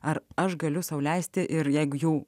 ar aš galiu sau leisti ir jeigu jau